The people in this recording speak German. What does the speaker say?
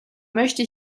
möchte